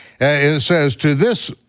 it says, to this,